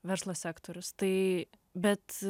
verslo sektorius tai bet